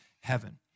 heaven